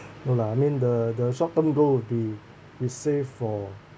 no lah I mean the the short term goal will be to save for